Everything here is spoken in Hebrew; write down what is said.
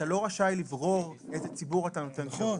אתה לא רשאי לברור לאיזה ציבור אתה נותן שירות.